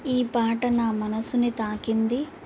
ఈ పాట నా మనసుని తాకింది